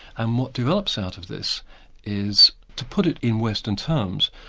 and what develops out of this is, to put it in western terms,